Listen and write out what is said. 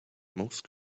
most